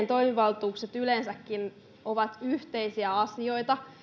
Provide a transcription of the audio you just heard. toimivaltuudet yleensäkin ovat yhteisiä asioita